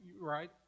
right